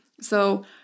So-